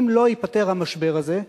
אם לא ייפתר המשבר הזה,